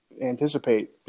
anticipate